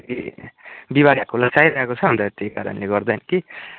ए बिहीबारे हाटको लागि चाहिरहेको छ अन्त त्यही कारणले गर्दा कि